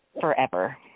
forever